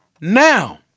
Now